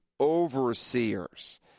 overseers